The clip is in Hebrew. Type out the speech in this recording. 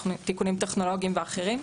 תיקונים טכנולוגיים ואחרים,